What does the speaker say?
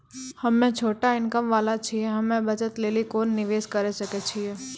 हम्मय छोटा इनकम वाला छियै, हम्मय बचत लेली कोंन निवेश करें सकय छियै?